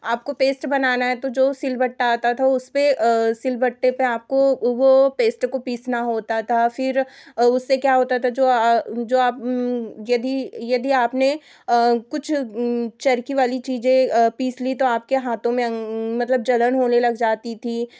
आपको पेस्ट बनाना है तो जो सिलवट्टा आता था उसपे सिलवट्टे पर आपको वह पेस्ट को पीसना होता था फिर उससे क्या होता था जो जो अब यदि यदि आपने कुछ चरखी वाली चीज़ें पीस ली तो आपके हाथों में मतलब जलन होने लग जाती थी